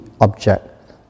object